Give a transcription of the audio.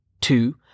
Two